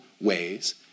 ways